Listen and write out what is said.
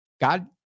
God